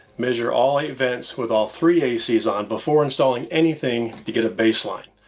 measure all eight vents with all three a cs on before installing anything to get a baseline.